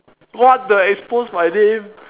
what the expose my name